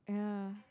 yeah